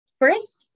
First